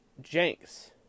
Jenks